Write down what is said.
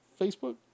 Facebook